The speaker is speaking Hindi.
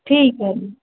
ठीक है